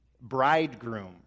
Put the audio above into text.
bridegroom